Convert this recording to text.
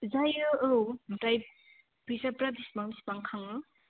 जायो औ ओमफ्राय फैसाफ्रा बिसिबां बिसिबां खाङो